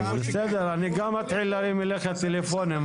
בסדר, אני גם אתחיל להרים אליך טלפון.